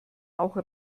auch